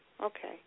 Okay